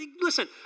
Listen